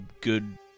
good